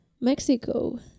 mexico